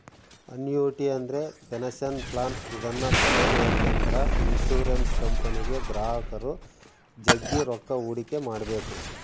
annuity ಅಂದ್ರೆ pension plan ಇದನ್ನ ಪಡೆಬೇಕೆಂದ್ರ ಇನ್ಶುರೆನ್ಸ್ ಕಂಪನಿಗೆ ಗ್ರಾಹಕರು ಜಗ್ಗಿ ರೊಕ್ಕ ಹೂಡಿಕೆ ಮಾಡ್ಬೇಕು